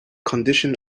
condition